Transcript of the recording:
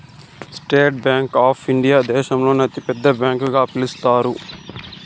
state Bank of India దేశంలోనే అతి పెద్ద బ్యాంకు గా పిలుత్తారు